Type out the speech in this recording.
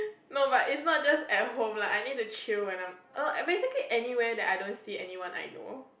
no but it's not just at home like I need to chill when I'm err basically anywhere that I don't see anyone I know